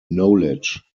knowledge